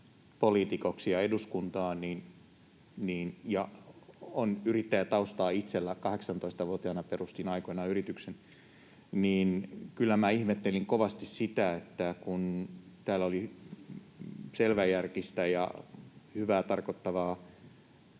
poliitikoksi ja eduskuntaan ja itselläni on yrittäjätaustaa — 18-vuotiaana aikoinaan perustin yrityksen — ja kyllä minä ihmettelin kovasti sitä, että kun täällä oli selväjärkistä ja hyvää tarkoittavaa,